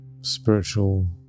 spiritual